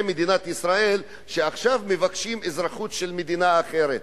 מדינת ישראל שעכשיו מבקשים אזרחות של מדינה אחרת.